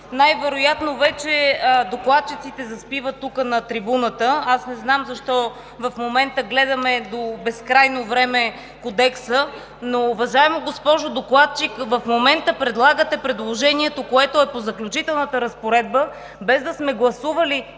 Най-вероятно вече докладчиците заспиват на трибуната. Не зная защо в момента гледаме до безкрайно време Кодекса, но, уважаема госпожо докладчик, в момента предлагате предложението, което е по Заключителната разпоредба, без да сме гласували